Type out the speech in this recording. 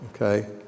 okay